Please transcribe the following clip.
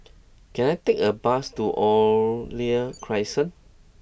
can I take a bus to Oriole Crescent